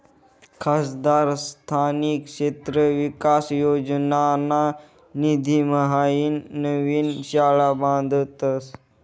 खासदार स्थानिक क्षेत्र विकास योजनाना निधीम्हाईन नवीन शाळा बांधतस